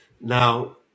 Now